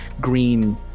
green